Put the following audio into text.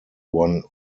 won